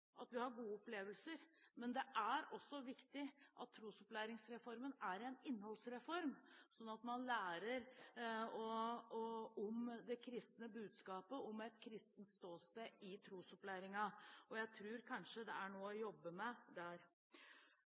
at vi har gode opplevelser, men det er også viktig at trosopplæringsreformen er en innholdsreform, slik at en lærer om det kristne budskapet og om et kristent ståsted i trosopplæringen. Jeg tror kanskje det er noe å jobbe med der.